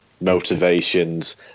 motivations